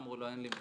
אמרו לו בדיקנט,